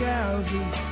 houses